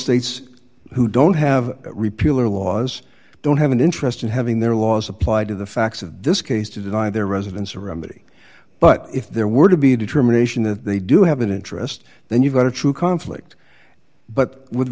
states who don't have repeal or laws don't have an interest in having their laws applied to the facts of this case to divide their residents around maty but if there were to be a determination that they do have an interest then you've got a true conflict but with